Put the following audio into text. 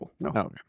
No